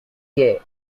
gay